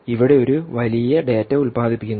ഇവിടെ ഒരു വലിയ ഡാറ്റ ഉൽപാദിപ്പിക്കുന്നു